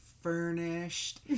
furnished